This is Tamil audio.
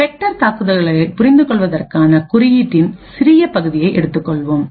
ஸ்பெக்டர் தாக்குதல்களைப் புரிந்துகொள்வதற்காக குறியீட்டின் சிறிய பகுதியை எடுத்துக்கொள்வோம்